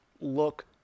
look